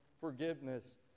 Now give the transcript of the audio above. forgiveness